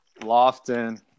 Lofton